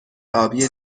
آبی